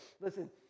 listen